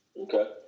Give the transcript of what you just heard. Okay